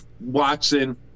Watson